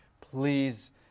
Please